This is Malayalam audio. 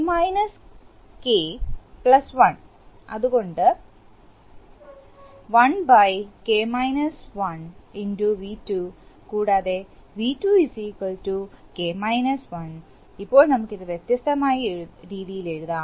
K K1 അതുകൊണ്ട് 1 x V2 കൂടാതെ V2 K 1 നമുക്ക് ഇത് വ്യത്യസ്തമായ രീതിയിൽ എഴുതാം